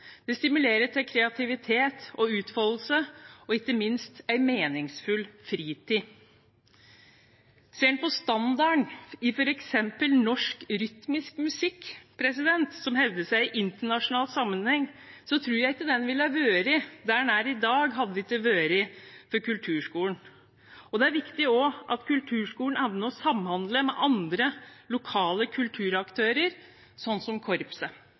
Det stimulerer til kreativitet og utfoldelse og ikke minst en meningsfull fritid. Ser en på standarden i f.eks. norsk rytmisk musikk, som hevder seg i internasjonal sammenheng, tror jeg ikke den ville vært der den er i dag, hadde det ikke vært for kulturskolen. Det er også viktig at kulturskolen evner å samhandle med andre, lokale kulturaktører, som korps. I min egen kommune, Nord-Odal, har vi det som